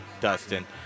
Dustin